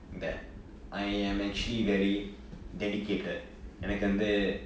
that I am actually very dedicated எனக்கு வந்து:enakku vanthu